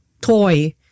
toy